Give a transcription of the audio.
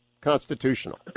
constitutional